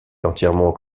entièrement